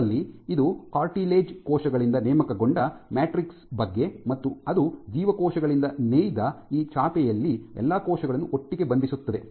ಅದರಲ್ಲಿ ಇದು ಕಾರ್ಟಿಲೆಜ್ ಕೋಶಗಳಿಂದ ನೇಮಕಗೊಂಡ ಮ್ಯಾಟ್ರಿಕ್ಸ್ ಬಗ್ಗೆ ಮತ್ತು ಅದು ಜೀವಕೋಶಗಳಿಂದ ನೇಯ್ದ ಈ ಚಾಪೆಯಲ್ಲಿ ಎಲ್ಲಾ ಕೋಶಗಳನ್ನು ಒಟ್ಟಿಗೆ ಬಂಧಿಸುತ್ತದೆ